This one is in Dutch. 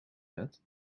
bed